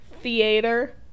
Theater